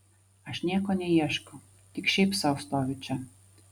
aš nieko neieškau tik šiaip sau stoviu čia